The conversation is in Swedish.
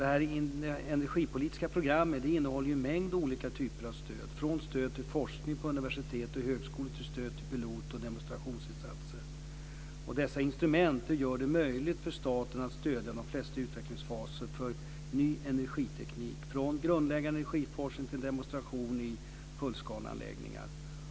Det energipolitiska programmet innehåller en mängd olika typer av stöd, från stöd till forskning på universitet och högskolor till stöd till pilot och demonstrationsinsatser. Dessa instrument gör det möjligt för staten att stödja de flesta utvecklingsfaser för ny energiteknik - från grundläggande energiforskning till demonstration i fullskaleanläggningar.